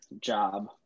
job